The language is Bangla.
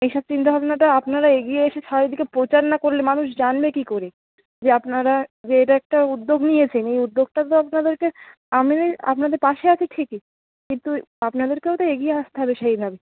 এইসব চিন্তাভাবনা তো আপনারা এগিয়ে এসে চারিদিকে প্রচার না করলে মানুষ জানবে কী করে যে আপনারা যে এটা একটা উদ্যোগ নিয়েছেন এই উদ্যোগটা তো আপনাদেরকে আমি আপনাদের পাশে আছি ঠিকই কিন্তু আপনাদেরকেও তো এগিয়ে আসতে হবে সেইভাবে